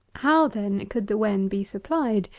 how, then, could the wen be supplied,